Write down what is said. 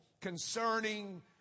concerning